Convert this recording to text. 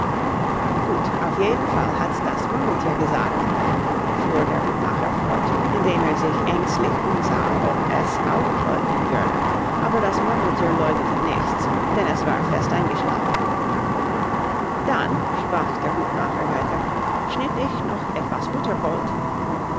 gut auf jeden fall hat's das murmelthier gesagt fuhr der hutmacher fort indem er sich ängstlich umsah ob es auch läugnen würde aber das murmelthier läugnete nichts denn es war fest eingeschlafen dann sprach der hutmacher weiter schnitt ich noch etwas butterbrot